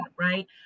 right